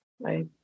Right